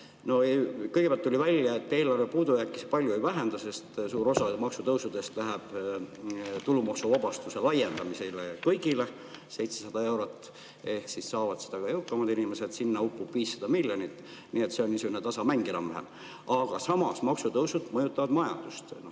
Kõigepealt tuli välja, et eelarve puudujääki see palju ei vähenda, sest suur osa maksude tõusust läheb tulumaksuvabastuse laiendamisele kõigile 700 euroni. Siis saavad seda ka jõukamad inimesed ja sinna upub 500 miljonit. Nii et see on niisugune tasamäng enam-vähem. Aga samas maksutõusud mõjutavad majandust